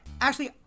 Ashley